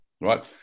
right